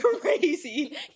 crazy